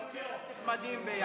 תודה רבה.